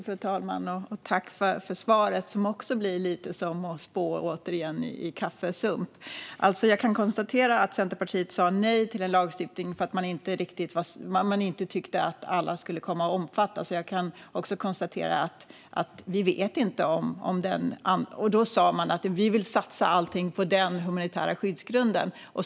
Fru talman! Tack för svaret, som också blir lite som att spå i kaffesump. Jag kan konstatera att Centerpartiet sa nej till en lagstiftning för att man inte tyckte att alla skulle komma att omfattas. Då sa man att man vill satsa allt på den humanitära skyddsgrunden.